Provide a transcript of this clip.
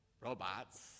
robots